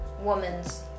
woman's